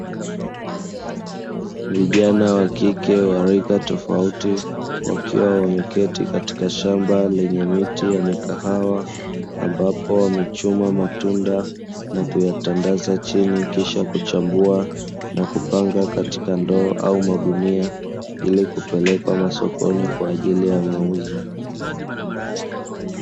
Vijana wa kike wa rika tofauti wakiwa wameketi katika shamba lenye miti ya mikahawa, ambapo wamechuma matunda na kuyatandaza chini kisha kuchambua na kupanga katika ndoo au magunia ili kupelekwa masokoni kwa ajili ya mauzo.